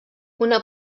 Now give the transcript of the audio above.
una